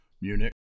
Munich